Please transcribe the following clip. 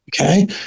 Okay